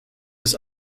his